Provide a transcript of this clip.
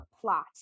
plot